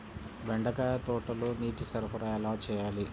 బెండకాయ తోటలో నీటి సరఫరా ఎలా చేయాలి?